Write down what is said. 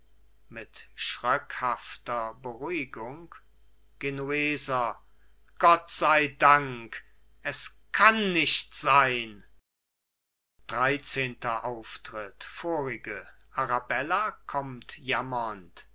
mit schröckhafter beruhigung genueser gott sei dank es kann nicht sein dreizehnter auftritt vorige arabella kommt jammernd